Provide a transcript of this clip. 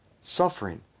Suffering